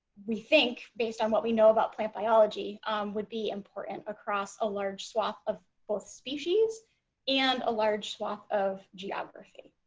we think based on what we know about plant biology would be important across a large swath of both species and a large swath of geography.